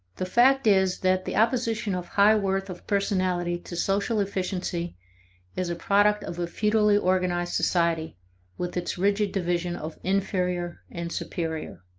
the fact is that the opposition of high worth of personality to social efficiency is a product of a feudally organized society with its rigid division of inferior and superior.